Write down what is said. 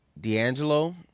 D'Angelo